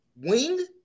Wing